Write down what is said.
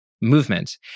movement